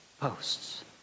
posts